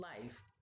life